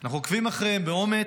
אנחנו עוקבים אחריהם, באומץ,